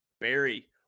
barry